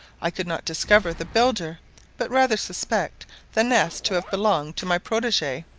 i could not discover the builder but rather suspect the nest to have belonged to my protege,